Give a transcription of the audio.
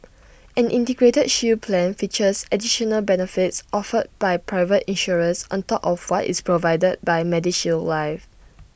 an integrated shield plan features additional benefits offered by private insurers on top of what is provided by medishield life